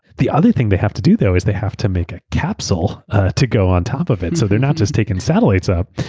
the other thing they have to do, though, is they have to make a capsule to go on top of it. so they're not just taking satellites up,